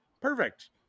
Perfect